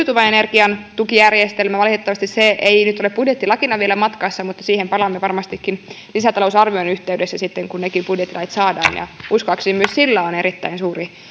kuuluu myös uusiutuvan energian tukijärjestelmä valitettavasti se ei nyt ole budjettilakina vielä matkassa mutta siihen palaamme varmastikin lisätalousarvion yhteydessä sitten kun nekin budjettilait saadaan ja uskoakseni myös sillä on erittäin suuri